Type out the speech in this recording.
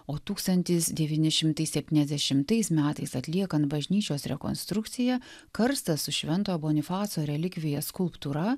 o tūkstantis devyni šimtai septyniadešimtais metais atliekant bažnyčios rekonstrukciją karstas su šventojo bonifaco relikvija skulptūra